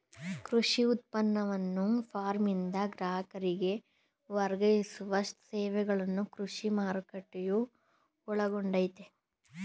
ಕೃಷಿ ಉತ್ಪನ್ನವನ್ನು ಫಾರ್ಮ್ನಿಂದ ಗ್ರಾಹಕರಿಗೆ ವರ್ಗಾಯಿಸುವ ಸೇವೆಗಳನ್ನು ಕೃಷಿ ಮಾರುಕಟ್ಟೆಯು ಒಳಗೊಂಡಯ್ತೇ